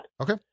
Okay